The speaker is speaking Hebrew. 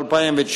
חברי הכנסת,